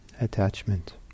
attachment